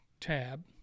TAB